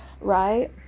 right